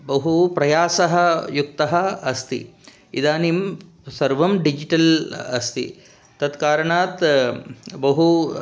बहु प्रयासः युक्तः अस्ति इदानीं सर्वं डिजिटल् अस्ति तत् कारणात् बहु